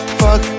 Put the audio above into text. fuck